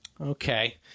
Okay